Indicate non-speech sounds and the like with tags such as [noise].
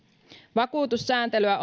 vakuussääntelyä [unintelligible]